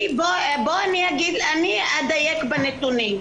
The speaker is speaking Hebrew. מה פתאום 6,000. אני אדייק בנתונים.